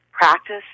practice